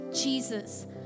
Jesus